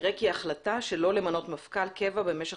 נראה כי החלטה שלא למנות מפכ"ל קבע במשך